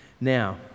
Now